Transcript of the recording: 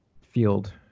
field